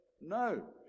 No